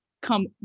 come